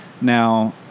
Now